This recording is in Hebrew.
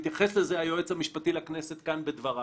התייחס לזה היועץ המשפטי לכנסת כאן בדבריו.